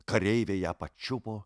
kareiviai ją pačiupo